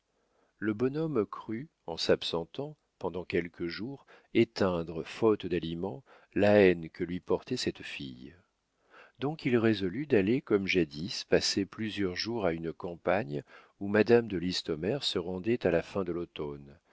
le bonhomme crut en s'absentant pendant quelques jours éteindre faute d'aliment la haine que lui portait cette fille donc il résolut d'aller comme jadis passer plusieurs jours à une campagne où madame de listomère se rendait à la fin de